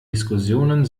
diskussionen